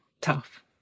tough